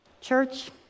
Church